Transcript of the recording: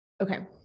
Okay